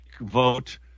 Vote